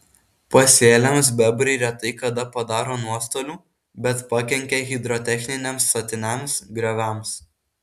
pasėliams bebrai retai kada padaro nuostolių bet pakenkia hidrotechniniams statiniams grioviams